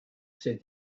said